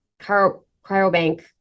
cryobank